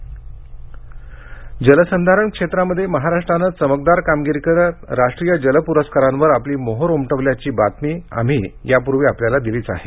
जलसंधारण इंट्रो जलसंधारण क्षेत्रामध्ये महाराष्ट्राने चमकदार कामगिरी करत राष्ट्रीय जल पुरस्कारांवर आपली मोहोर उमटवल्याची बातमी आम्ही यापूर्वी आपल्याला दिलीच आहे